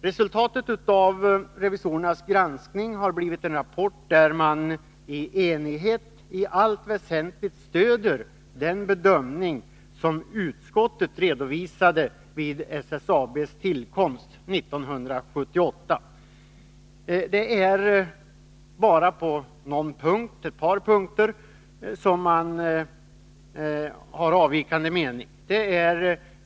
Resultatet av [2 revisorernas granskning har blivit en rapport, där man — i enighet — i allt väsentligt stöder den bedömning som utskottet redovisade vid SSAB:s tillkomst 1978. Det är bara på ett par punkter som man har anmält avvikande mening.